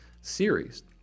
series